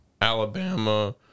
Alabama